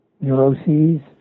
neuroses